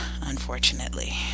Unfortunately